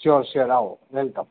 sure sure આવો welcome